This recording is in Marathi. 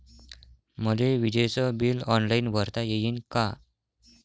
मले विजेच बिल ऑनलाईन भरता येईन का?